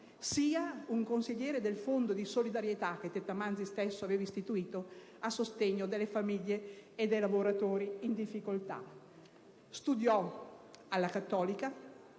Milano e consigliere del Fondo di solidarietà che il cardinale stesso aveva istituito a sostegno delle famiglie e dei lavoratori in difficoltà. Studiò scienze politiche